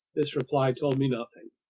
this reply told me nothing.